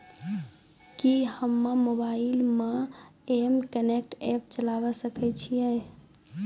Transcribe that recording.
कि हम्मे मोबाइल मे एम कनेक्ट एप्प चलाबय सकै छियै?